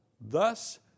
Thus